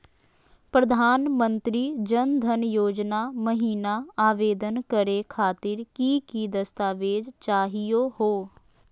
प्रधानमंत्री जन धन योजना महिना आवेदन करे खातीर कि कि दस्तावेज चाहीयो हो?